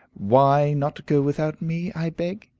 why not go without me, i beg?